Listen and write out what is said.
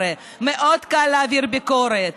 מאוד קל להעביר ביקורת.